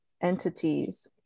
entities